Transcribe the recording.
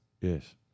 Yes